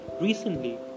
Recently